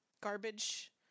garbage